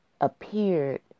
appeared